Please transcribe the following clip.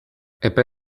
epe